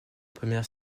premières